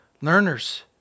learners